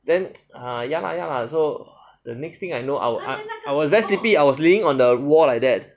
then ah ya lah ya lah so the next thing I know I was ah I was very sleepy I was leaning on the wall like that